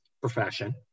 profession